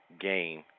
gain